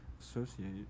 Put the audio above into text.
associate